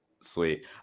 Sweet